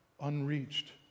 unreached